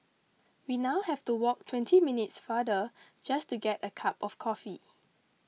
we now have to walk twenty minutes farther just to get a cup of coffee